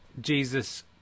Jesus